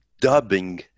dubbing